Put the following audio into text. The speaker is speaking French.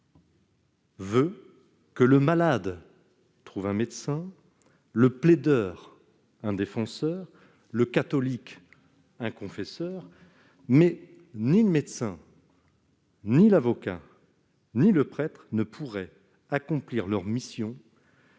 de la société veut que le malade trouve un médecin, le plaideur un défenseur, le catholique un confesseur, mais ni le médecin, ni l'avocat, ni le prêtre ne pourraient accomplir leur mission